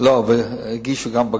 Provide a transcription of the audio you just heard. לא, והגישו גם בג"ץ.